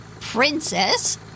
Princess